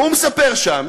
והוא מספר שם,